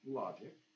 logic